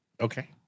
Okay